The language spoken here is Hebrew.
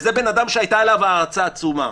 וזה בן אדם שהייתה אליו הערצה עצומה.